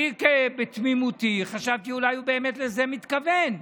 אני בתמימותי חשבתי שאולי הוא באמת מתכוון לזה.